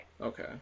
Okay